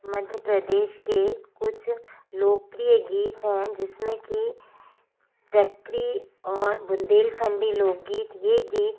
मध्य प्रदेश के कुछ लोकप्रिय गीत है जिसमें कि चक्री और बुंदेलखंडी लोकगीत ये गीत